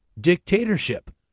dictatorship